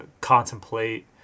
contemplate